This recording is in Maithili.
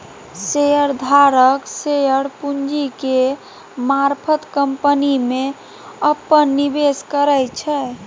शेयर धारक शेयर पूंजी के मारफत कंपनी में अप्पन निवेश करै छै